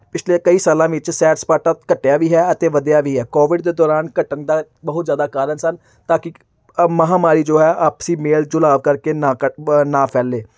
ਪਿਛਲੇ ਕਈ ਸਾਲਾਂ ਵਿੱਚ ਸੈਰ ਸਪਾਟਾ ਘਟਿਆ ਵੀ ਹੈ ਅਤੇ ਵਧੀਆ ਵੀ ਹੈ ਕੋਵਿਡ ਦੇ ਦੌਰਾਨ ਘੱਟਣ ਦਾ ਬਹੁਤ ਜ਼ਿਆਦਾ ਕਾਰਨ ਸਨ ਤਾਂ ਕੀ ਅ ਮਹਾਂਮਾਰੀ ਜੋ ਹੈ ਆਪਸੀ ਮੇਲ ਜੋਲਾਬ ਕਰਕੇ ਨਾ ਕਟ ਬ ਨਾ ਫੈਲੇ